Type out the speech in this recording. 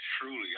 Truly